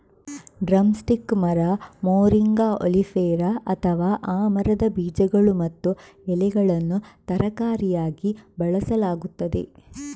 drum stick ಮರ, moringa oleifera, ಅಥವಾ ಆ ಮರದ ಬೀಜಗಳು ಮತ್ತು ಎಲೆಗಳನ್ನು ತರಕಾರಿಯಾಗಿ ಬಳಸಲಾಗುತ್ತದೆ